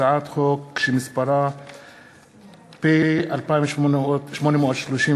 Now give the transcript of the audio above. סתיו שפיר, איציק שמולי, משה מזרחי,